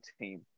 team